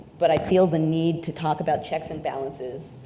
but i feel the need to talk about checks and balances,